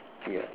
yup